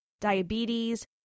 Diabetes